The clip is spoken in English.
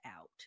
out